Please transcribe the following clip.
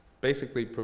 basically